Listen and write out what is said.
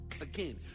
Again